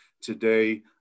today